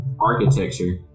architecture